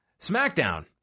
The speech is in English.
SmackDown